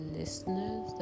listeners